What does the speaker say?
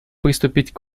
приступить